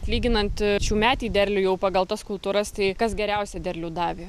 lyginant šiųmetį derlių jau pagal tas kultūras tai kas geriausia derlių davė